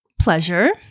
pleasure